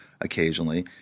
occasionally